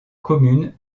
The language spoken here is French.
commune